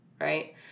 right